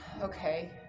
Okay